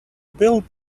built